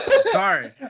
sorry